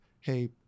hey